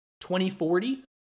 2040